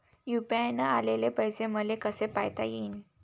UPI न आलेले पैसे मले कसे पायता येईन?